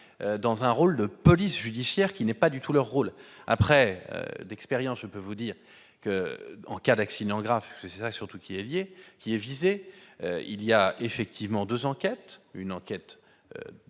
dans un rôle de police judiciaire qui n'est pas du tout leur rôle après d'expérience, je peux vous dire que, en cas d'accident grave c'est ça surtout qui est lié, qui est visé, il y a effectivement 2 enquêtes, une enquête de